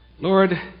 Lord